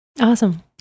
Awesome